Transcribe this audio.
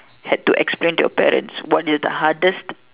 had to explain to your parents what is the hardest